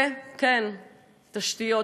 וכן, תשתיות.